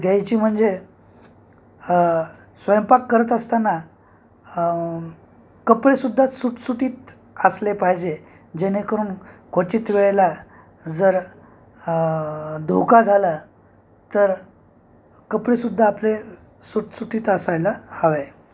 घ्यायची म्हणजे स्वयंपाक करत असताना कपडेसुद्धा सुटसुटीत असले पाहिजे जेणेकरून क्वचित वेळेला जर धोका झाला तर कपडेसुद्धा आपले सुटसुटीत असायला हवे